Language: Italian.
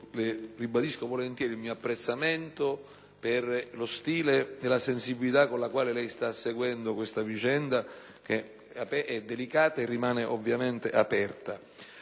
ribadisco volentieri il mio apprezzamento per lo stile e la sensibilità con la quale lei sta seguendo questa vicenda, che è delicata e rimane ovviamente aperta.